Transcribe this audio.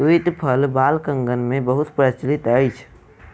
तूईत फल बालकगण मे बहुत प्रचलित अछि